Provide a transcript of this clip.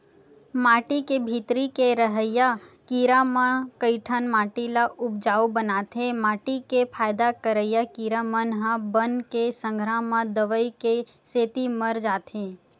माटी के भीतरी के रहइया कीरा म कइठन माटी ल उपजउ बनाथे माटी के फायदा करइया कीरा मन ह बन के संघरा म दवई के सेती मर जाथे